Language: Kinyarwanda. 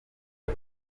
com